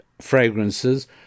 fragrances